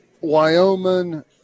Wyoming